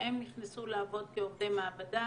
כשהם נכנסו לעבוד כעובדי מעבדה